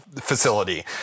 facility